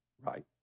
right